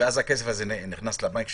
ואז הכסף הזה נכנס לבנק שלהם?